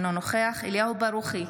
אינו נוכח אליהו ברוכי,